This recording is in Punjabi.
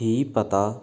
ਹੀ ਪਤਾ